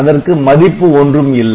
அதற்கு மதிப்பு ஒன்றும் இல்லை